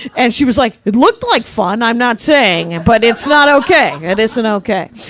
and she was like, it looked like fun. i'm not saying and but it's not okay, it isn't okay,